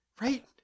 right